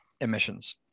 emissions